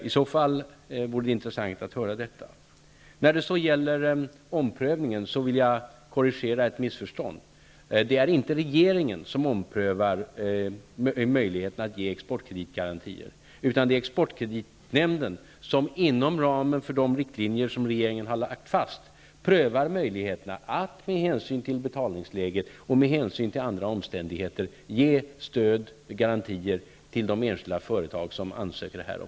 I så fall vore det intressant att höra det. När det gäller talet om en omprövning vill jag korrigera ett missförstånd. Det är inte regeringen som omprövar möjligheterna att ge exportkreditgarantier, utan det är exportkreditnämnden som inom ramen för de riktlinjer som regeringen har lagt fast prövar möjligheterna att med hänsyn till betalningsläge och andra omständigheter ge garantier till de enskilda företag som ansöker härom.